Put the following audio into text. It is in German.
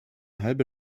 halbe